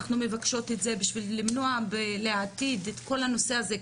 אנחנו מבקשות את זה כדי למנוע לעתיד את כל הנושא הזה.